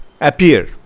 appear